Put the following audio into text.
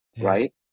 right